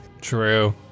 True